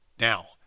Now